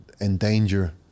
endanger